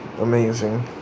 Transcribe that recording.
amazing